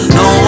no